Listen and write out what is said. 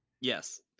Yes